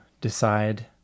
decide